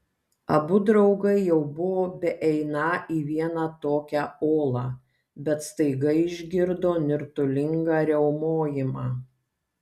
abu draugai jau buvo beeiną į vieną tokią olą bet staiga išgirdo nirtulingą riaumojimą